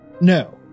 No